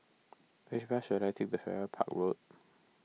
which bus should I take the Farrer Park Road